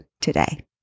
today